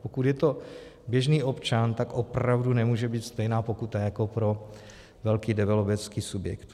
Pokud je to běžný občan, tak opravdu nemůže být stejná pokutu jako pro velký developerský subjekt.